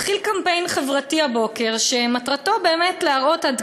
התחיל קמפיין חברתי הבוקר שמטרתו באמת להראות עד